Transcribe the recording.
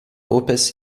upės